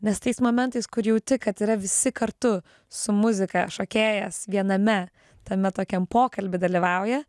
nes tais momentais kur jauti kad yra visi kartu su muzika šokėjas viename tame tokiam pokalby dalyvauja